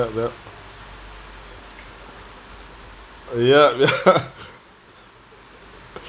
ya uh ya